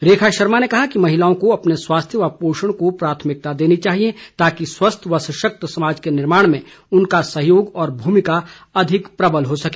रेखा शर्मा ने कहा कि महिलाओं को अपने स्वास्थ्य व पोषण को प्राथमिकता देनी चाहिए ताकि स्वस्थ व सशक्त समाज के निर्माण में उनका सहयोग और भूमिका अधिक प्रबल हो सके